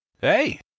Hey